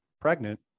pregnant